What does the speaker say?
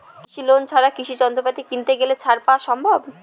কৃষি লোন ছাড়া কৃষি যন্ত্রপাতি কিনতে গেলে ছাড় পাওয়া সম্ভব?